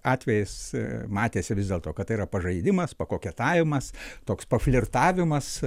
atvejais matėsi vis dėlto kad tai yra pažaidimas koketavimas toks paflirtavimas